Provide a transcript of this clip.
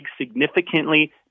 significantly